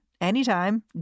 anytime